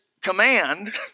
command